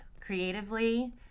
creatively